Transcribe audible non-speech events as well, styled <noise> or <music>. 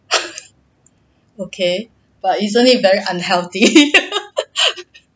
<laughs> okay but isn't it very unhealthy <laughs>